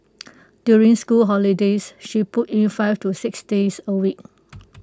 during school holidays she puts in five to six days A week